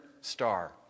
star